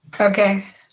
Okay